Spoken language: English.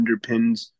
underpins